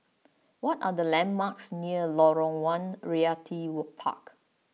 what are the landmarks near Lorong one Realty would Park